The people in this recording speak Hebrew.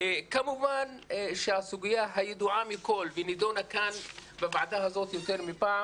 כמובן שהסוגיה הידועה מכל ונידונה כאן בוועדה הזאת יותר מפעם